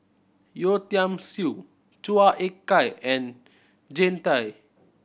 Yeo Tiam Siew Chua Ek Kay and Jean Tay